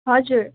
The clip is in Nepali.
हजुर